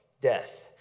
death